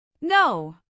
No